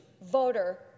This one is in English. voter